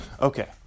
Okay